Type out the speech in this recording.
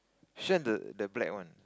share the the black one